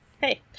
Hey